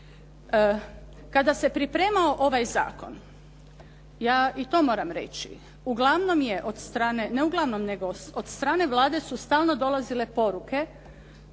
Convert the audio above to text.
Kada se pripremao ovaj zakon ja i to moram reći uglavnom je od strane, ne uglavnom nego od strane Vlade su stalno dolazile poruke